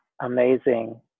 amazing